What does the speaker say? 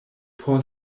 por